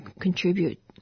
contribute